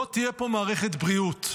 לא תהיה פה מערכת בריאות,